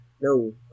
no